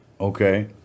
Okay